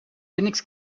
linux